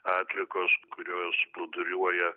atliekos kurios plūduriuoja